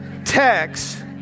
text